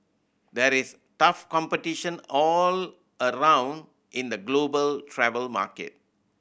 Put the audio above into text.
there is tough competition all around in the global travel market